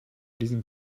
diesem